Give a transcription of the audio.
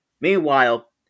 Meanwhile